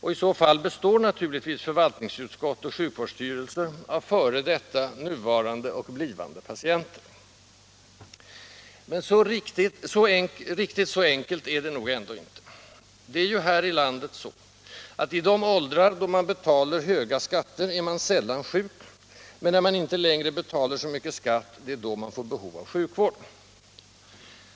och i så fall består naturligtvis förvaltningsutskott och sjukvårdsstyrelser av före detta, nuvarande och blivande patienter. Men riktigt så enkelt är det nog ändå inte. Det är ju så här i landet, att i de åldrar då man betalar höga skatter är man sällan sjuk, men när man inte längre betalar så mycket skatt, det är då man får behov av sjukvård.